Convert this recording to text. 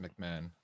mcmahon